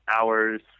hours